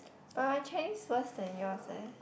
but my Chinese worse than yours eh